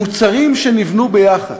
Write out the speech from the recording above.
אלה מוצרים שנבנו ביחד.